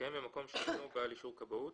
המתקיים במקום שאינו בעל אישור כבאות,